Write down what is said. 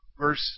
verse